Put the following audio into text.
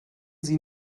sie